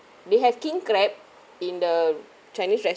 they have king crab in the chinese restaurant